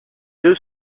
deux